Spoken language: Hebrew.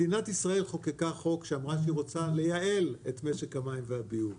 מדינת ישראל חוקקה חוק בו היא אמרה שהיא רוצה לייעל את משק המים והביוב,